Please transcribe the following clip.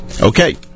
Okay